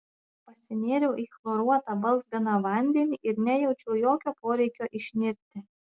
pasinėriau į chloruotą balzganą vandenį ir nejaučiau jokio poreikio išnirti